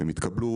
והם התקבלו.